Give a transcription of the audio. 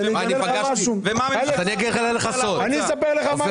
אני אספר לך משהו.